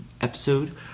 episode